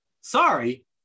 Sorry